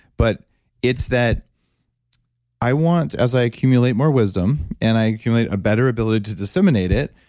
but it's that i want, as i accumulate more wisdom and i accumulate a better ability to disseminate it,